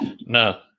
no